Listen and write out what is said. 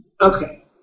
Okay